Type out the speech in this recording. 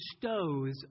bestows